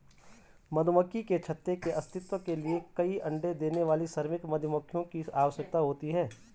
मधुमक्खी के छत्ते के अस्तित्व के लिए कई अण्डे देने वाली श्रमिक मधुमक्खियों की आवश्यकता होती है